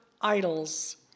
idols